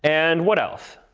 and what else?